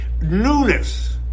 newness